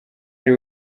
ari